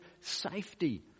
safety